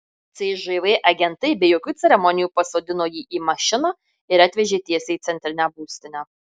cžv agentai be jokių ceremonijų pasodino jį į mašiną ir atvežė tiesiai į centrinę būstinę